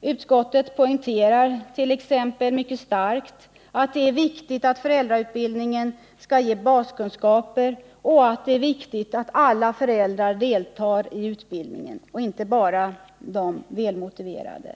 Utskottet poängterar t.ex. mycket starkt att det är viktigt att föräldrautbildningen skall ge baskunskaper och att det är viktigt att alla föräldrar deltar i utbildningen, inte bara de välmotiverade.